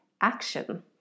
action